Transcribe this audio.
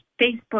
Facebook